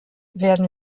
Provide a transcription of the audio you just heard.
werden